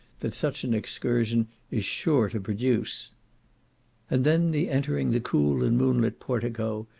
that such an excursion is sure to produce and then the entering the cool and moonlit portico,